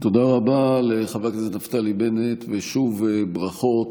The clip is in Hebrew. תודה רבה לחבר הכנסת נפתלי בנט, ושוב, ברכות